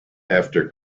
after